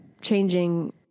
changing